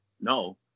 no